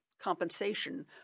compensation